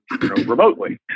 remotely